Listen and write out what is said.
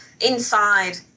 inside